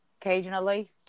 Occasionally